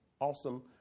awesome